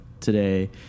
today